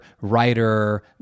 writer